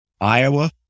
Iowa